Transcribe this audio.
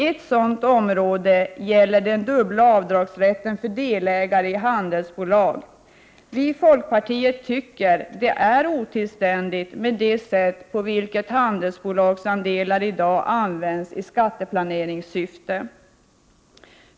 Ett sådant område gäller den dubbla avdragsrätten för delägare i handelsbolag. Vi i folkpartiet tycker det är otillständigt med det sätt på vilket handelsbolagsandelar i dag används i skatteplaneringssyfte.